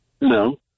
No